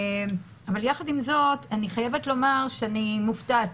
עם זאת, אני חייבת לומר שאני מופתעת.